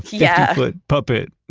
yeah foot puppet!